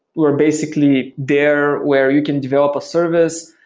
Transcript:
we're basically there where you can develop a service,